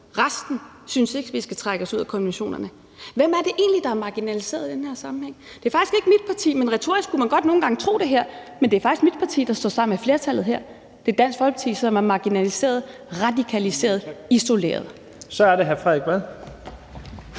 Resten synes ikke, at vi skal trække os ud af konventionerne. Hvem er det egentlig, der er marginaliseret i den her sammenhæng? Det er faktisk ikke mit parti, men retorisk kunne man faktisk godt nogle gange tro det herinde. Det er faktisk mit parti, der står sammen med flertallet her. Det er Dansk Folkeparti, som er marginaliseret, radikaliseret og isoleret. Kl. 11:22 Første